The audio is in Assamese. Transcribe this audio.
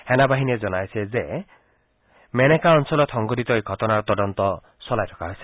সেনা বাহিনীয়ে জনাইছে যে মেনাকা অঞ্চলত সংঘটিত এই ঘটনাৰ তদন্ত চলাই থকা হৈছে